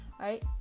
right